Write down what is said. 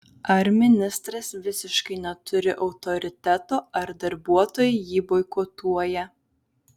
ar ministras visiškai neturi autoriteto ar darbuotojai jį boikotuoja